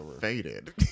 faded